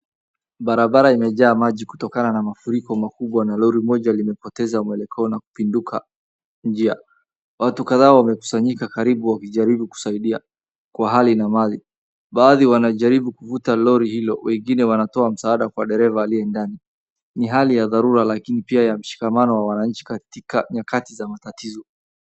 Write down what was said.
Barabara imejaa maji kutokana na mafuriko makubwa na lori moja limepoteza mwelekeo na kupinduka njia. Watu kadhaa wamekusanyika karibu wakijaribu kusaidia kwa hali na mali. Baadhi wanajaribu kuvuta lori hilo. Wengine wanatoa msaada kwa dereva aliye ndani. Ni hali ya dharura lakini pia ya mshikamano wa wananchi katika nyakati za matatizo.